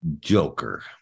Joker